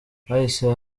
hahise